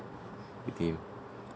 with him